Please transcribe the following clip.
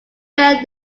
fail